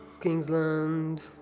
Kingsland